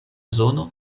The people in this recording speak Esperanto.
zono